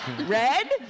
Red